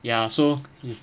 ya so it's